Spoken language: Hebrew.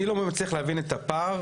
אני לא מצליח להבין את הפער,